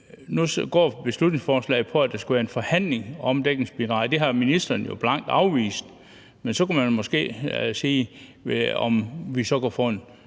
nu går beslutningsforslaget på, at der skal være en forhandling om dækningsbidraget. Det har ministeren jo blankt afvist, men så kunne man måske se, om vi så kunne få en